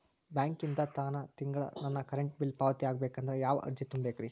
ಬ್ಯಾಂಕಿಂದ ತಾನ ತಿಂಗಳಾ ನನ್ನ ಕರೆಂಟ್ ಬಿಲ್ ಪಾವತಿ ಆಗ್ಬೇಕಂದ್ರ ಯಾವ ಅರ್ಜಿ ತುಂಬೇಕ್ರಿ?